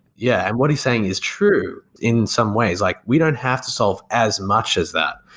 yeah, and what he's saying is true in some ways. like we don't have to solve as much as that,